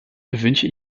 wünsche